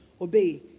obey